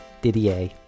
Didier